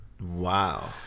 Wow